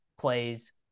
plays